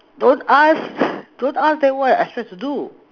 don't ask don't ask then what you expect to do